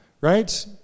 right